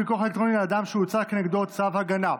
פיקוח אלקטרוני על אדם שהוצא כנגדו צו הגנה),